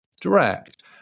direct